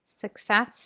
success